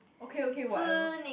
okay okay whatever